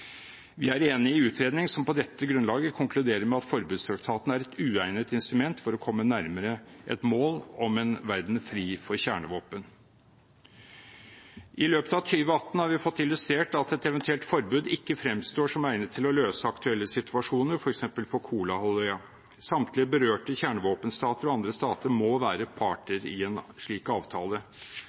Vi er enig i utredningen som på dette grunnlaget konkluderer med at forbudstraktaten er et uegnet instrument for å komme nærmere et mål om en verden fri for kjernevåpen. I løpet av 2018 har vi fått illustrert at et eventuelt forbud ikke fremstår som egnet til å løse aktuelle situasjoner, f.eks. på Koreahalvøya. Samtlige berørte kjernevåpenstater og andre stater må være parter i en slik avtale.